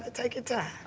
take your time,